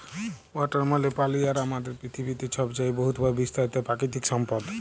water মালে পালি আর আমাদের পিথিবীতে ছবচাঁয়ে বহুতভাবে বিস্তারিত পাকিতিক সম্পদ